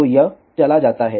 तो यह चला जाता है